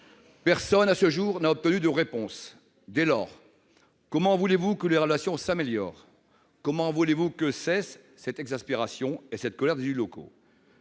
Personne à ce jour n'a obtenu de réponse ! Dès lors, comment voulez-vous que les relations s'améliorent ? Comment voulez-vous que cessent cette exaspération et cette colère des élus locaux ?